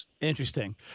Interesting